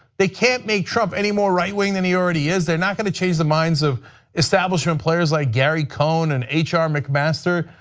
they can't make trump any more right-wing than he already is. they're not going to change the mind of establishment players like gary cohen and ah hr mcmaster.